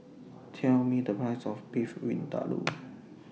Tell Me The Price of Beef Vindaloo